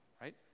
Right